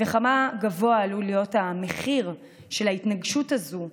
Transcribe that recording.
וכמה גבוה עלול להיות המחיר של ההתנגשות הזאת,